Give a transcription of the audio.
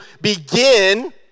begin